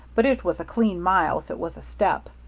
but it was a clean mile if it was a step,